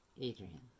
adrian